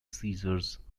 scissors